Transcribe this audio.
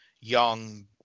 young